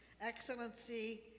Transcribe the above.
Excellency